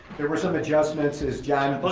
there were some adjustments as john,